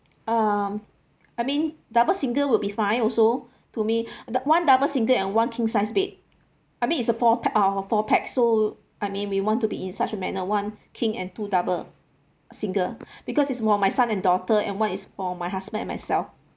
um I mean double single will be fine also to me the one double single and one king size bed I mean it's a four pax uh four pax so I mean we want to be in such a manner one king and two double single because it's more my son and daughter and one is for my husband and myself